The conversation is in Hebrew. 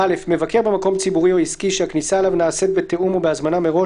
מבקר במקום ציבורי או עסקי שהכניסה אליו נעשית בתיאום או בהזמנה מראש,